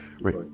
Right